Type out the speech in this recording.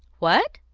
what?